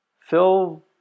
Phil